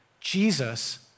Jesus